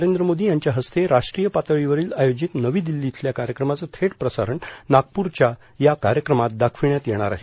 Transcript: नरेंद्र मोदी यांच्या हस्ते राष्ट्रीय पातळीवरील आयोजित नवी दिल्ली इथल्या कार्यक्रमाचं थेट प्रसारण नागपूरच्या कार्यक्रमात दाखविण्यात येणार आहे